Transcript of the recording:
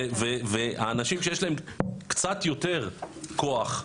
והאנשים שיש להם קצת יותר כוח,